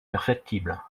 perfectible